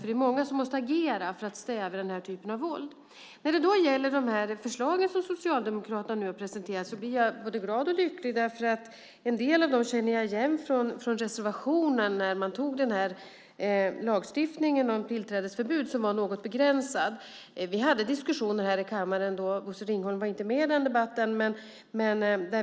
Det är många som måste agera för att stävja den här typen av våld. Jag blir både glad och lycklig över de förslag som Socialdemokraterna har presenterat. En del av dem känner jag igen från reservationen när man antog den här lagstiftningen om tillträdesförbud som var något begränsad. Vi hade diskussioner här i kammaren då. Bosse Ringholm var inte med i den debatten.